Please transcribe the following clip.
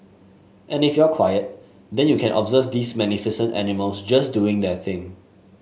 and if you're quiet then you can observe these magnificent animals just doing their thing